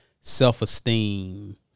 self-esteem